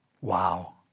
Wow